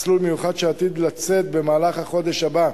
מסלול מיוחד שעתיד לצאת במהלך החודש הבא,